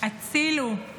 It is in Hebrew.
הצילו,